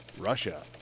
Russia